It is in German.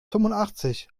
fünfundachtzig